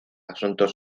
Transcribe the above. asuntos